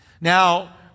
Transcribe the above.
Now